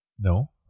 No